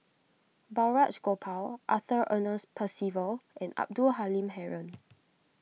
Balraj Gopal Arthur Ernest Percival and Abdul Halim Haron